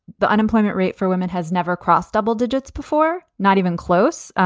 the unemployment rate for women has never crossed double digits before, not even close.